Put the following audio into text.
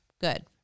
good